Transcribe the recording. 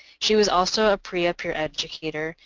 she was also a prea peer educator,